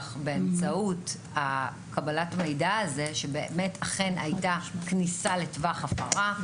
באמצעות קבלת המידע הזה שבאמת אכן הייתה כניסה לטווח הפרה.